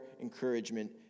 encouragement